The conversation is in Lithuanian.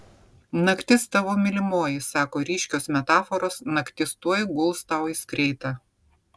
naktis tavo mylimoji sako ryškios metaforos naktis tuoj guls tau į skreitą